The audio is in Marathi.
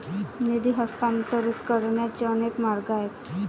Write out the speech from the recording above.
निधी हस्तांतरित करण्याचे अनेक मार्ग आहेत